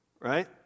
right